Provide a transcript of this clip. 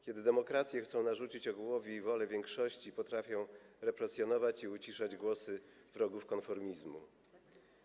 Kiedy demokracje chcą narzucić ogółowi wolę większości, potrafią represjonować i uciszać głosy wrogów konformizmu.